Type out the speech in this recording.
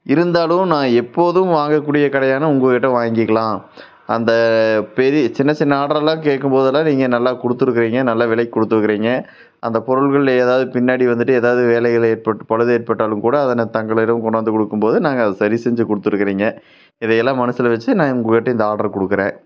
இருந்தாலும் நான் எப்போதும் வாங்க கூடிய கடையான உங்கள்கிட்ட வாங்கிக்கிலாம் அந்த பெரி சின்ன சின்ன ஆர்டரெல்லாம் கேட்கும் போதெல்லாம் நீங்கள் நல்லா கொடுத்துருக்குறீங்க நல்ல விலைக்கு கொடுத்துருக்குறீங்க அந்த பொருள்களில் ஏதாவுது பின்னாடி வந்துட்டு ஏதாவது வேலைகள் ஏற்பட்டு பழுது ஏற்பட்டாலும் கூட அதை நான் தங்களிடம் கொண்டாந்து கொடுக்கும்போது நாங்கள் அதை சரி செஞ்சு கொடுத்துருக்குறீங்க இதை எல்லாம் மனசில் வச்சு நான் உங்கள்கிட்ட இந்த ஆர்டரை கொடுக்குறேன்